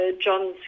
John's